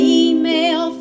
email